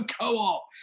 co-op